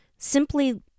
simply